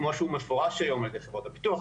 כמו שהוא מפורש על ידי חברות הביטוח,